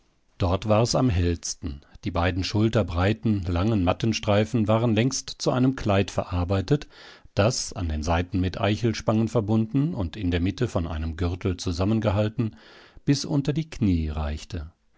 dort war es am hellsten die beiden schulterbreiten langen mattenstreifen waren längst zu einem kleid verarbeitet das an den seiten mit eichelspangen verbunden und in der mitte von einem gürtel zusammengehalten bis unter die knie reichte